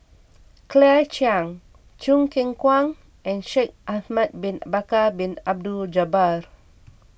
Claire Chiang Choo Keng Kwang and Shaikh Ahmad Bin Bakar Bin Abdullah Jabbar